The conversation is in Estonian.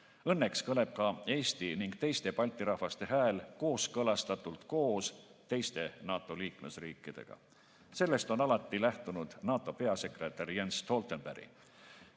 Õnneks kõneleb ka Eesti ja teiste Balti rahvaste hääl kooskõlastatult koos teiste NATO liikmesriikidega. Sellest on alati lähtunud NATO peasekretär Jens Stoltenberg.